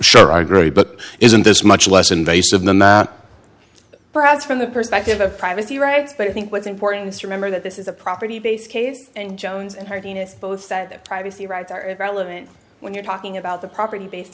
sure i agree but isn't this much less invasive than that perhaps from the perspective of privacy rights but i think what's important is remember that this is a property base case and jones and heartiness both said that privacy rights are irrelevant when you're talking about the property based